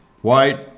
white